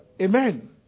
Amen